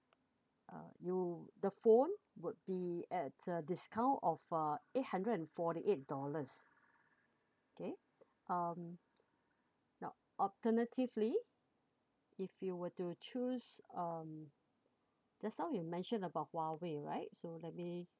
uh you the phone would be at a discount of uh eight hundred and forty eight dollars okay um now alternatively if you were to choose um just now you mentioned about huawei right so let me